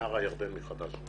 נהר הירדן מחדש.